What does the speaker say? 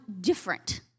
different